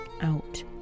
out